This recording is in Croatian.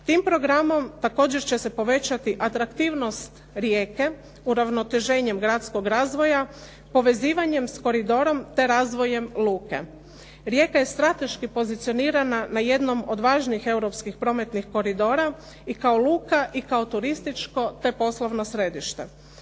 Tim programom također će se povećati atraktivnost Rijeke, uravnoteženjem gradskog razvoja, povezivanjem sa koridorom te razvojem luka. Rijeka je strateški pozicionirana na jednom od važnih europskih prometnih koridora i kao luka i kao turističko te poslovno središte.